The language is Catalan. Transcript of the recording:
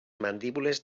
mandíbules